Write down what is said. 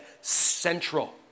Central